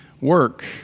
work